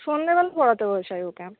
সন্ধেবেলা পড়াতে বসাই ওকে